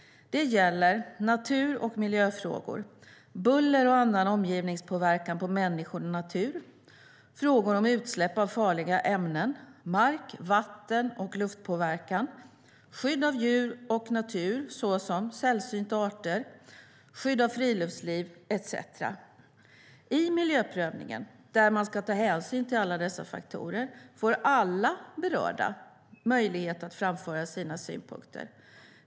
Det gäller natur och miljöfrågor, buller och annan omgivningspåverkan på människor och natur, frågor om utsläpp av farliga ämnen, mark-, vatten och luftpåverkan, skydd av djur och natur, såsom sällsynta arter, skydd av friluftsliv etcetera. I miljöprövningen, där man ska ta hänsyn till alla dessa faktorer, får alla berörda möjlighet att framföra sina synpunkter.